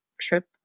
trip